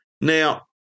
Now